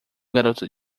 garoto